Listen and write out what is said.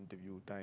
interview time